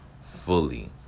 fully